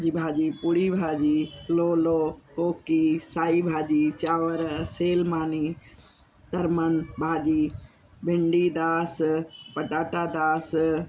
जी भाॼी पूड़ी भाॼी लोलो कोकी साई भाॼी चांवर सेहल मानी तरमन भाॼी भिंडी दास पटाटा दास